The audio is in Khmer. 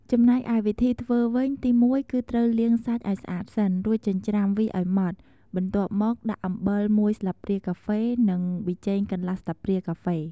ចំណែកឯវិធីធ្វើវិញ ទី១គឺត្រូវលាងសាច់ឱ្យស្អាតសិន រួចចិញ្ជ្រាំវាឱ្យម៉ដ្ឋ បន្ទាប់មកដាក់អំបិលមួយស្លាបព្រាកាហ្វេ និង ប៊ីចេងកន្លះស្លាបព្រាកាហ្វេ។